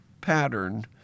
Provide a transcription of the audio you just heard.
pattern